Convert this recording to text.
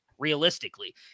realistically